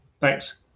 Thanks